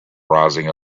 rising